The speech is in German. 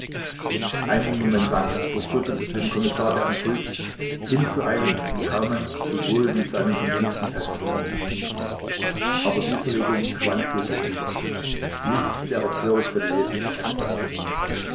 einen moment lang durchrüttelte den kommissar der impuls hinzueilen und kaumann sowohl wie seinen komplizen festzunehmen aber diese regung schwand sofort wieder nichts wäre törichter gewesen als das